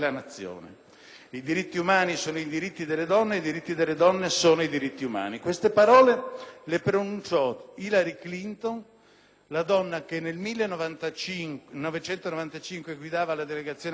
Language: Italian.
«I diritti umani sono i diritti delle donne e i diritti delle donne sono i diritti umani». Queste parole le pronunciò Hillary Clinton, la donna che nel 1995 guidava la delegazione americana